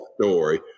story